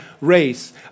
race